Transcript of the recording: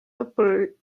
lõpul